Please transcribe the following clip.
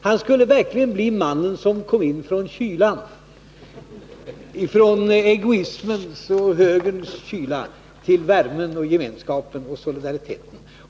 Han skulle verkligen bli mannen som kom in från kylan, från egoismens och högerns kyla, till värmen, gemenskapen och solidariteten.